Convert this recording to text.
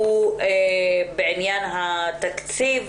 בעניין התקציב,